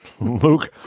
Luke